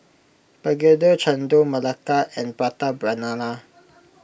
Begedil Chendol Melaka and Prata Banana